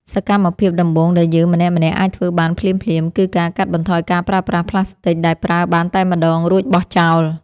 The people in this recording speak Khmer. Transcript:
សកម្មភាពដំបូងដែលយើងម្នាក់ៗអាចធ្វើបានភ្លាមៗ គឺការកាត់បន្ថយការប្រើប្រាស់ផ្លាស្ទិកដែលប្រើបានតែម្តងរួចបោះចោល។